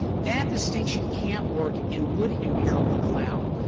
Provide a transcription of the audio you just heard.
that distinction can't work and would imperil the cloud.